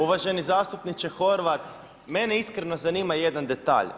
Uvaženi zastupniče Horvat, mene iskreno zanima jedan detalj.